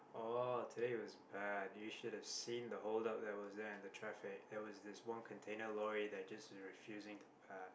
oh today was bad you should have seen the hold up that was there and the traffic there was this one container lorry that was just refusing to pass